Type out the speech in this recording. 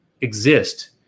exist